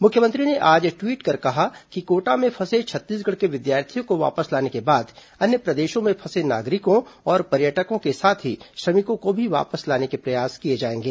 मुख्यमंत्री ने आज ट्वीट कर कहा कि कोटा में फंसे छत्तीसगढ़ के विद्यार्थियों को वापस लाने के बाद अन्य प्रदेशों में फंसे नागरिकों और पर्यटकों के साथ ही श्रमिकों को भी वापस लाने के प्रयास किए जाएंगे